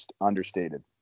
understated